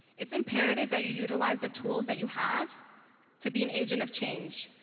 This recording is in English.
it's imperative that you utilize the tools that you have to be an agent of change.